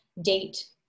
date